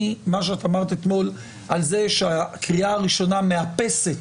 מה שאת אמרת אתמול על זה שהקריאה הראשונה מאפסת